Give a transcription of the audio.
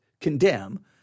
condemn